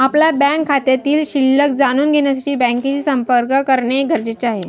आपल्या बँक खात्यातील शिल्लक जाणून घेण्यासाठी बँकेशी संपर्क करणे गरजेचे आहे